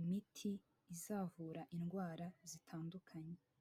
imiti izavura indwara zitandukanye.